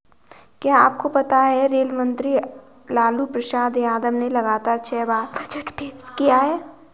क्या आपको पता है रेल मंत्री लालू प्रसाद यादव ने लगातार छह बार बजट पेश किया?